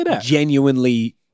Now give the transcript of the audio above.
genuinely